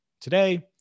today